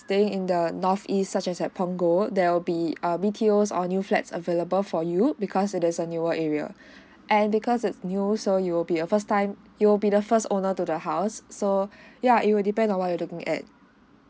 staying in the north east such as at punggol there'll be a B_T_O or new flats available for you because it is a newer area and because it's new so you'll be a first time you'll be the first owner to the house so ya it will depend on what you're looking at